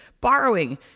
borrowing